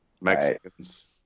Mexicans